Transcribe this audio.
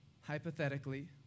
hypothetically